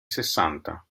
sessanta